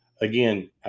again